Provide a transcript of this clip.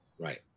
Right